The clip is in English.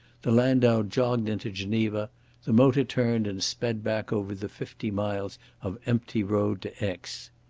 the landau jogged into geneva the motor turned and sped back over the fifty miles of empty road to aix.